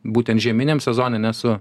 būtent žieminiam sezone nesu